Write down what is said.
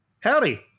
Howdy